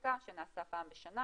לסטטיסטיקה שנעשה פעם בשנה,